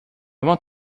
want